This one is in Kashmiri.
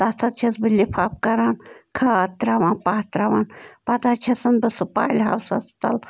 تَتھ حظ چھَس بہٕ لِفاف کَران کھاد تَراوان پَہ تَراوان پَتہٕ حظ چھَسن بہٕ سُہ پالہِ ہوسس منٛز تل